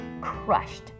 crushed